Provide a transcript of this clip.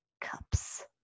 cups